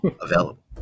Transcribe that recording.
available